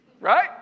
right